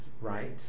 right